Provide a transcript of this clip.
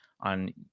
on